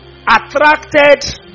Attracted